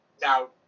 Now